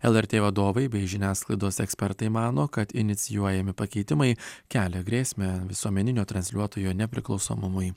lrt vadovai bei žiniasklaidos ekspertai mano kad inicijuojami pakeitimai kelia grėsmę visuomeninio transliuotojo nepriklausomumui